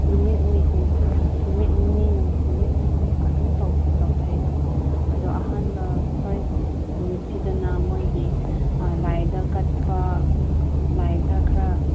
ꯅꯨꯃꯤꯠ ꯅꯨꯃꯤꯠ ꯅꯤꯅꯤ ꯅꯨꯃꯤꯠ ꯑꯗꯨꯝ ꯇꯧꯊꯩ ꯑꯗꯨꯝ ꯑꯗꯣ ꯑꯍꯥꯟꯕ ꯐꯥꯔꯁ ꯅꯨꯃꯤꯠꯁꯤꯗꯅ ꯃꯣꯏꯒꯤ ꯂꯥꯏꯗ ꯀꯠꯄ ꯂꯥꯏꯗ ꯈꯔ